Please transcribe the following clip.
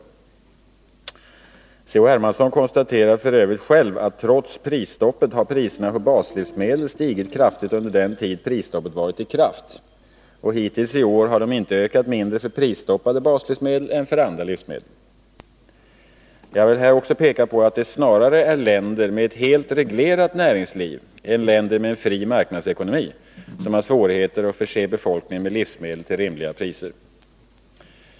Carl-Henrik Hermansson konstaterar f. ö. själv att trots prisstoppet har priserna på baslivsmedel stigit kraftigt under den tid prisstoppet varit i kraft. Hittills i år har de inte ökat mindre för prisstoppade baslivsmedel än för andra livsmedel. Jag vill här också peka på att det snarare är länder med ett helt reglerat näringsliv än länder med en fri marknadsekonomi som har svårigheter att förse befolkningen med livsmedel till rimliga priser.